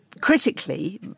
critically